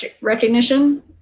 recognition